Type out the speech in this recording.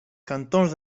cantons